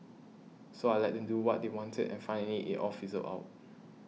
so I let them do what they wanted and finally it all fizzled out